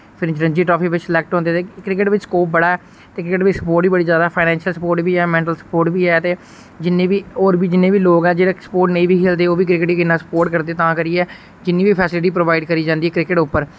फिर रंझी ट्राफी बिच सलैक्ट होंदे ते क्रिकेट बिच स्कोप बड़ा ऐ क्रिकेट बी सप्पोर्ट बी बड़ी ज्यादा फाइनेंशियल सप्पोर्ट बी ऐ मैन्टल सप्पोर्ट बी ऐ ते जिन्ने बी होर बी जिन्ने बी लोग हैन जेह्ड़े स्पोर्ट नेईं बी खेलदे ओह् बी क्रिकेट गी किन्ना सप्पोर्ट करदे तां करियै किन्नी बी फैसिलिटी प्रोवाइड करी जंदी क्रिकेट उप्पर